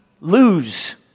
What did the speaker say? lose